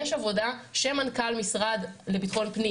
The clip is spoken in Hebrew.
יש עבודה שמנכ"ל משרד לביטחון פנים